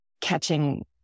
catching